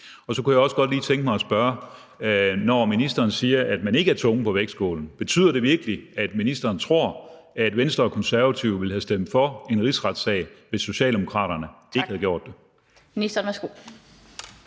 Og så kunne jeg også godt lige tænke mig at spørge: Når ministeren siger, at man ikke er tungen på vægtskålen, betyder det så virkelig, at ministeren tror, at Venstre og Konservative ville have stemt for en rigsretssag, hvis Socialdemokraterne ikke havde gjort det?